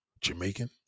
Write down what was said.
Jamaican